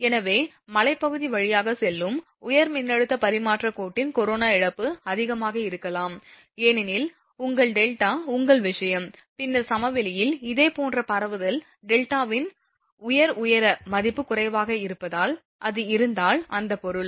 எனவே மலைப்பகுதி வழியாக செல்லும் உயர் மின்னழுத்த பரிமாற்றக் கோட்டின் கரோனா இழப்பு அதிகமாக இருக்கலாம் ஏனெனில் உங்கள் டெல்டா உங்கள் விஷயம் பின்னர் சமவெளியில் இதேபோன்ற பரவுதல் டெல்டாவின் உயர் உயர மதிப்பு குறைவாக இருப்பதால் அது இருந்தால் அந்த பொருள்